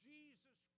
Jesus